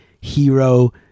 hero